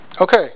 Okay